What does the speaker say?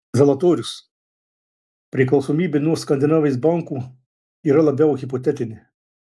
zalatorius priklausomybė nuo skandinavijos bankų yra labiau hipotetinė